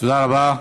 תודה רבה.